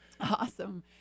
Awesome